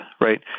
right